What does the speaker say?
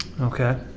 Okay